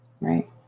right